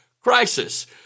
crisis